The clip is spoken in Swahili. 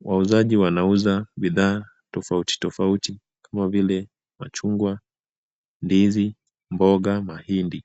Wauzaji wanauza bidhaa tofauti tofauti kama vile, machungwa, ndizi, mboga, mahindi.